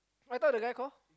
I thought the guy call